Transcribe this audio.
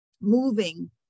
moving